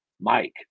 Mike